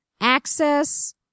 Access